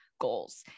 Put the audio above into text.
goals